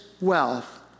wealth